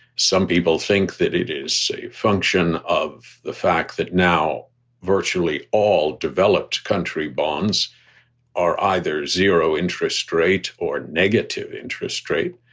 some people think that it is a function of the fact that now virtually all developed country bonds are either zero interest rate or negative interest rate.